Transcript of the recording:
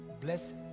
Bless